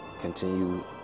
continue